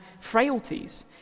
frailties